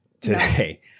today